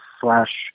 slash